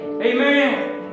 Amen